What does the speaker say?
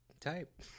type